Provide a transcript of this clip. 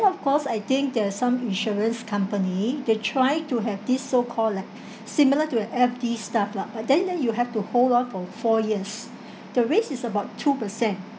of course I think there are some insurance company they try to have this so call like similar to a F_D stuff lah but then then you have to hold on for four years the rates is about two per cent